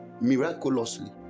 miraculously